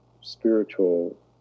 spiritual